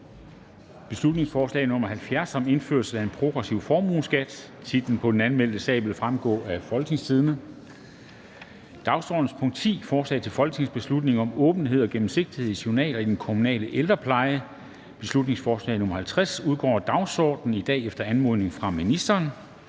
folketingsbeslutning om indførelse af en progressiv formueskat). Titlen på den anmeldte sag vil fremgå af www.folketingstidende.dk (jf. ovenfor). Dagsordenens punkt 10, forslag til folketingsbeslutning om åbenhed og gennemsigtighed i journaler i den kommunale ældrepleje (beslutningsforslag nr. B 50), udgår af dagsordenen i dag efter anmodning fra ministeren.